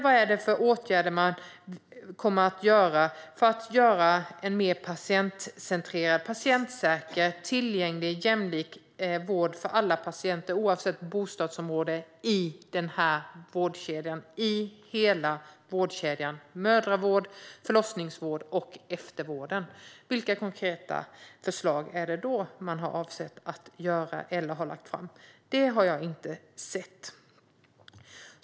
Vad är det för åtgärder man kommer att vidta för att få en mer patientcentrerad, patientsäker, tillgänglig och jämlik vård för alla patienter, oavsett bostadsområde, i hela vårdkedjan - mödravård, förlossningsvård och eftervård? Vilka konkreta förslag är det då man har avsett att genomföra eller har lagt fram? Det har jag inte sett.